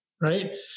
right